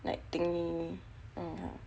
like thingy mm